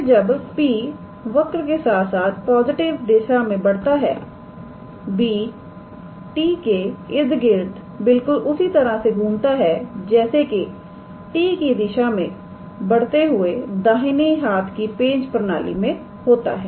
फिर जब P वक्र के साथ साथ पॉजिटिव दिशा में बढ़ता है 𝑏̂ 𝑡̂ के इर्द गिर्द बिल्कुल उसी तरह से घूमता है जैसे कि 𝑡̂ की दिशा में बढ़ते हुए दाहिनी हाथ की पेंच प्रणाली में होता है